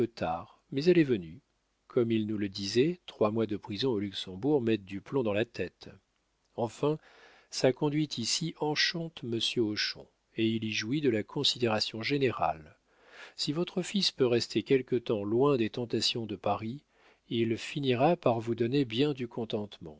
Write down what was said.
mais elle est venue comme il nous le disait trois mois de prison au luxembourg mettent du plomb dans la tête enfin sa conduite ici enchante monsieur hochon et il y jouit de la considération générale si votre fils peut rester quelque temps loin des tentations de paris il finira par vous donner bien du contentement